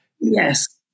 Yes